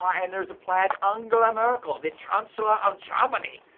um and there's a plaid angela merkel, the chancellor of germany.